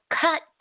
cut